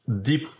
deep